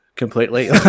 Completely